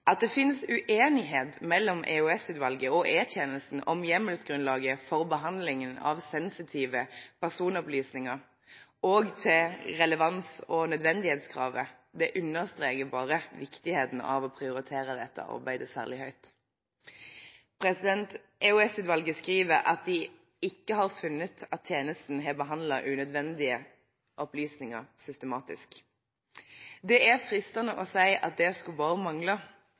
At det finnes uenighet mellom EOS-utvalget og E-tjenesten om hjemmelsgrunnlaget for behandlingen av sensitive personopplysninger og til relevans- og nødvendighetskravet, understreker bare viktigheten av å prioritere dette arbeidet særlig høyt. EOS-utvalget skriver at de ikke har funnet at tjenesten har behandlet unødvendige opplysninger systematisk. Det er fristende å si: Det skulle bare mangle!